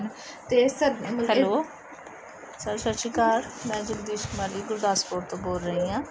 hello sir ਸਤਿ ਸ਼੍ਰੀ ਅਕਾਲ ਮੈਂ ਜਗਦੀਸ਼ ਕੁਮਾਰੀ ਗੁਰਦਾਸਪੁਰ ਤੋਂ ਬੋਲ ਰਹੀ ਹਾਂ